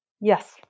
Yes